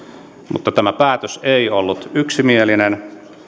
mutta tämä päätös ei ollut yksimielinen